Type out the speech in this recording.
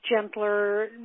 gentler